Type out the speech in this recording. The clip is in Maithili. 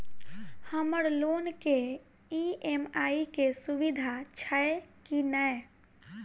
हम्मर लोन केँ ई.एम.आई केँ सुविधा छैय की नै?